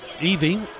Evie